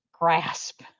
grasp